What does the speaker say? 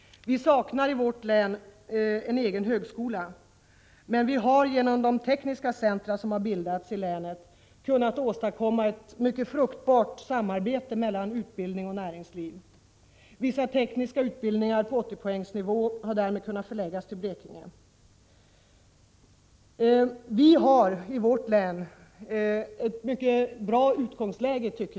Vi saknar i vårt län en egen högskola, men vi har genom de tekniska centra som bildats i länet kunnat åstadkomma ett mycket fruktbart samarbete mellan utbildning och näringsliv. Vissa tekniska utbildningar på 80-poängsnivå har därmed kunnat förläggas till Blekinge. Vi har i vårt län mycket bra utgångsläge.